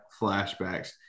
flashbacks